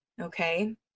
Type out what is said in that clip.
okay